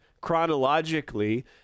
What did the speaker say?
chronologically